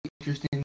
interesting